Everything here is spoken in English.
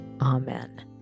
Amen